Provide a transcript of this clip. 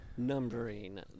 Numbering